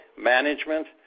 management